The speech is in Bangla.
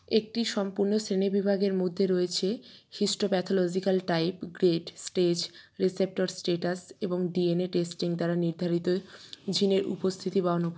একটি সম্পূর্ণ শ্রেণীবিভাগের মধ্যে রয়েছে histopathological type grade stage receptor status এবং ডিএনএ টেস্টিং দ্বারা নির্ধারিত জিনের উপস্থিতি বা অনুপ